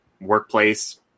workplace